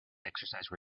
exercise